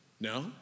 No